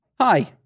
hi